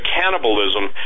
cannibalism